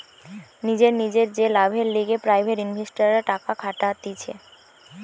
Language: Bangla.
নিজের নিজের যে লাভের লিগে প্রাইভেট ইনভেস্টররা টাকা খাটাতিছে